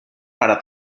para